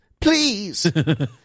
Please